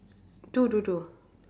two two two